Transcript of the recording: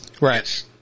Right